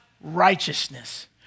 righteousness